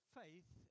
faith